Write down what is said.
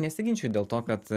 nesiginčiju dėl to kad